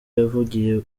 yavugiye